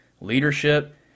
leadership